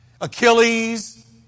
Achilles